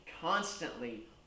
constantly